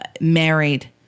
married